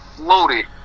Loaded